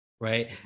right